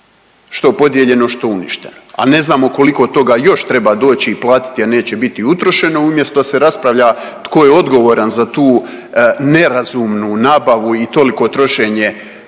što podijeljeno, što uništeno, a ne znamo koliko toga još treba doći i platiti, a neće biti utrošeno. Umjesto da se raspravlja tko je odgovoran za tu nerazumnu nabavu i toliko trošenje